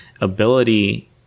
ability